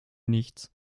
nichts